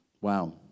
Wow